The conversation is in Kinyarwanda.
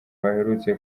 baherutse